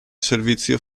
servizio